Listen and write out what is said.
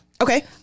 Okay